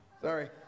sorry